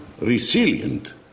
resilient